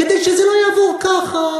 כדי שזה לא יעבור ככה,